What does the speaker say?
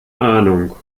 ahnung